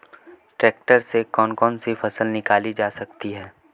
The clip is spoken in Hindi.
ट्रैक्टर से कौन कौनसी फसल निकाली जा सकती हैं?